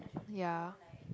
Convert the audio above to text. ya